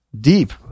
deep